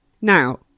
now